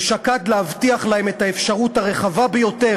ושקד להבטיח להם את האפשרות הרחבה ביותר